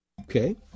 Okay